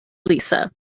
lisa